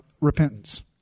repentance